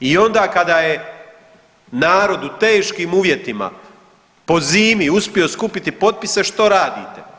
I onda kada je narod u teškim uvjetima po zimi uspio skupiti potpise što radite?